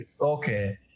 okay